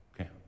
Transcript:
Okay